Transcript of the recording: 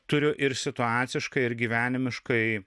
turiu ir situaciškai ir gyvenimiškai